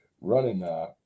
running